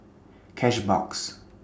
Cashbox